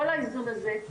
כל האיזון הזה,